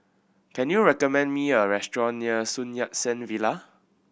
can you recommend me a restaurant near Sun Yat Sen Villa